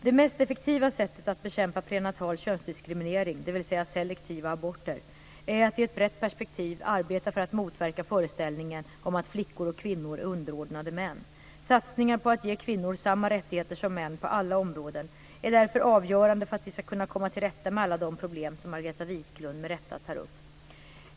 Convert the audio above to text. Det mest effektiva sättet att bekämpa prenatal könsdiskriminering, dvs. selektiva aborter, är att i ett brett perspektiv arbeta för att motverka föreställningen om att flickor och kvinnor är underordnade män. Satsningar på att ge kvinnor samma rättigheter som män på alla områden är därför avgörande för att vi ska kunna komma till rätta med alla de problem som Margareta Viklund med rätta tar upp.